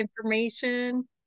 information